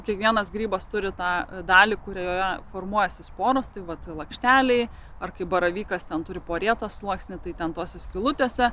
kiekvienas grybas turi tą dalį kurioje formuojasi sporos tai vat lakšteliai ar kaip baravykas ten turi porėtą sluoksnį tai ten tose skylutėse